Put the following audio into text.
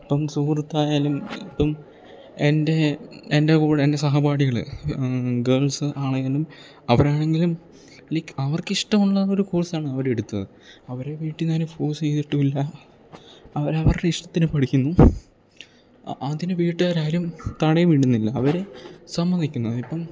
ഇപ്പം സുഹൃത്തായാലും ഇപ്പം എൻ്റെ എൻ്റെ കൂടെ എൻ്റെ സഹപാഠികൾ ഗേൾസ് ആണെങ്കിലും അവരാണെങ്കിലും ലൈക്ക് അവർക്കിഷ്ടമുള്ള ഒരു കോഴ്സ് ആണ് അവരെടുത്തത് അവരെ വീട്ടിൽനിന്ന് ആരും ഫോഴ്സ് ചെയ്തിട്ടും ഇല്ല അവർ അവരുടെ ഇഷ്ടത്തിന് പഠിക്കുന്നു അതിന് വീട്ടുകാരായാലും തടയും ഇടുന്നില്ല അവർ സമ്മതിക്കുന്നത് ഇപ്പം